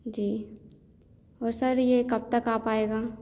जी और सर ये कब तक आ पाएगा